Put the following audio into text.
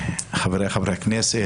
חבריי חברי הכנסת,